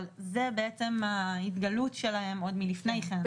אבל זאת בעצם ההתגלות שלה עוד לפני כן.